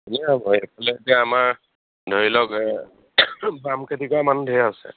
এইফালে এতিয়া আমাৰ ধৰি লওক বাম খেতি কৰা মানুহ ধেৰ আছে